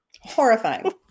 Horrifying